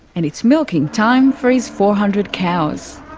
and it's milking time for his four hundred cows.